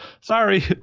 sorry